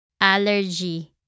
allergy